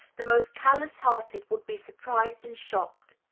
the most callous-hearted would be surprised and shocked.